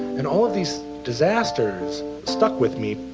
and all of these disasters stuck with me,